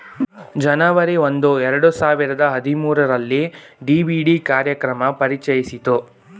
ಜನವರಿ ಒಂದು ಎರಡು ಸಾವಿರದ ಹದಿಮೂರುರಲ್ಲಿ ಡಿ.ಬಿ.ಡಿ ಕಾರ್ಯಕ್ರಮ ಪರಿಚಯಿಸಿತು